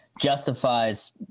justifies